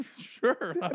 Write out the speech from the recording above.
Sure